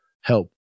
help